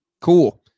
Cool